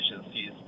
agencies